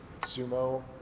sumo